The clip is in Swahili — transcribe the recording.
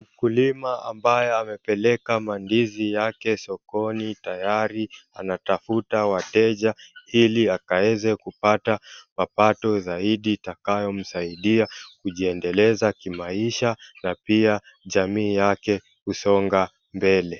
Mkulima ambaye amepeleka mandizi yake sokoni tayari anatafuta wateja ili akaeze kupata mapato zaidi itakayomsaidia kujiendeleza kimaisha na pia jamii yake kusonga mbele.